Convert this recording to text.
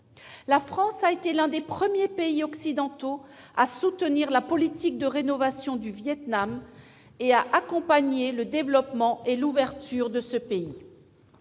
La France a été l'un des premiers pays occidentaux à soutenir la politique de rénovation du Vietnam et à accompagner le développement et l'ouverture de ce pays.